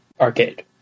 Arcade